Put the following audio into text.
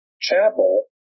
chapel